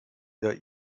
der